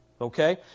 Okay